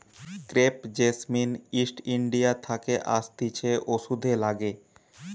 crepe jasmine East India থাকে আসতিছে ওষুধে লাগে